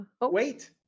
Wait